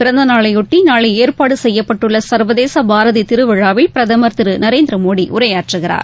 பிறந்தநாளையொட்டிநாளைஏற்பாடுசெய்யப்பட்டுள்ளசர்வதேசபாரதிதிருவிழாவில் பிரதமர் திருமோடிஉரையாற்றுகிறார்